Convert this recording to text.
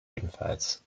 ebenfalls